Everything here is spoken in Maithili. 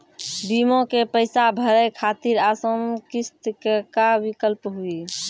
बीमा के पैसा भरे खातिर आसान किस्त के का विकल्प हुई?